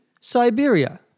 Siberia